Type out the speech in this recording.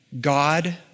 God